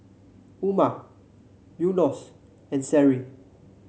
Umar Yunos and Seri